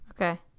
Okay